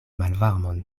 malvarmon